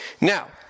Now